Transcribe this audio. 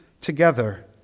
together